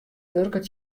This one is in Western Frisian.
wurket